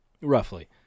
Roughly